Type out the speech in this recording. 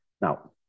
Now